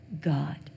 God